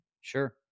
Sure